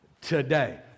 today